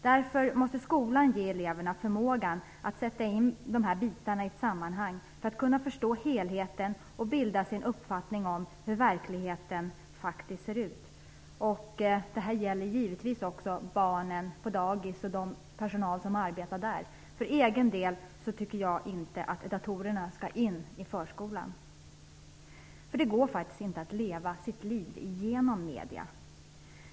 Skolan måste därför ge eleverna förmågan att sätta in dessa bitar i ett sammanhang för att de skall kunna förstå helheten och kunna bilda sig en uppfattning om hur verkligheten faktiskt ser ut. Detta gäller givetvis också barnen på dagis och den personal som arbetar där. För egen del tycker jag inte att datorerna skall in i förskolan, eftersom det faktiskt inte går att leva sitt liv genom medierna.